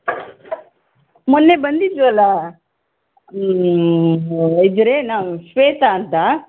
ಮೊನ್ನೆ ಬಂದಿದ್ದೆವಲ ವೈದ್ಯರೇ ನಾವು ಶ್ವೇತಾ ಅಂತ